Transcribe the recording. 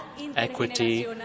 equity